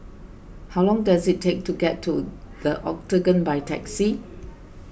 how long does it take to get to the Octagon by taxi